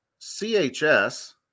CHS